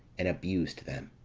and abused them.